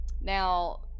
Now